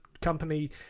company